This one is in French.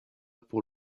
pour